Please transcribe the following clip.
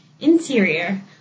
Interior